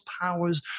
powers